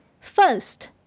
First